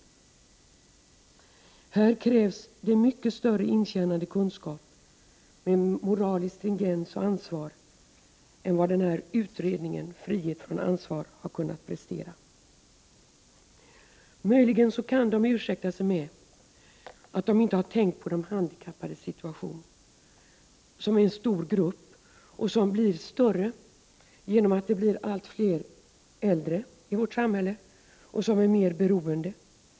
Här krävs mycket större intjänad kunskap med moralisk stringens och ansvar än vad utredningen ”Frihet från ansvar” kunnat prestera. Möjligen kan man ursäkta sig med att man inte tänkt på de handikappades situation. Det är en stor grupp, och den blir större genom att det blir fler äldre i vårt samhälle som är beroende.